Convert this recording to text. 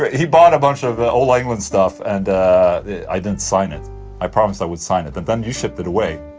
he bought a bunch of ola englund stuff and i didn't sign it i promised i would sign it and but then you shipped it away